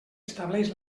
estableix